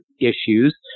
issues